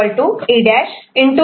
Y E'